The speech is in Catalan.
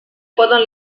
poden